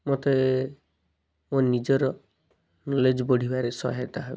ମୋତେ ମୋ ନିଜର ନଲେଜ ବଢ଼ିବାରେ ସହାୟତା ହେବ